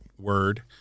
Word